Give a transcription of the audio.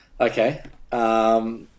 Okay